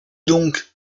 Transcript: donc